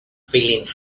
feeling